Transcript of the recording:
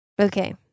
Okay